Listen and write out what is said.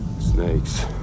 Snakes